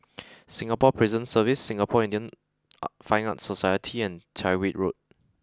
Singapore Prison Service Singapore Indian Fine Arts Society and Tyrwhitt Road